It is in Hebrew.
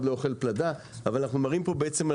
לא אוכל פלדה אבל אנחנו מראים פה בעצם,